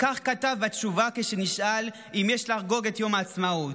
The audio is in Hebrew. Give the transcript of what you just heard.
כך כתב בתשובה כשנשאל אם יש לחגוג את יום העצמאות: